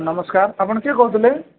ନମସ୍କାର ଆପଣ କିଏ କହୁଥିଲେ